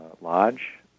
lodge